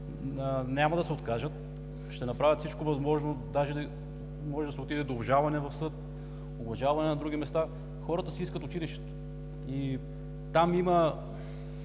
няма да се откажат, ще направят всичко възможно – може да се отиде до обжалване в съд, обжалване на други места. Хората си искат училището. Там има